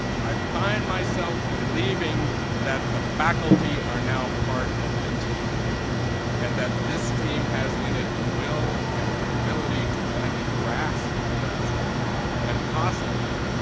i find myself believing that the faculty are now part of the team and that this team has in it the will and the ability to finally grasp the brass ring and possibly,